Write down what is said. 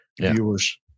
viewers